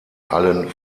allen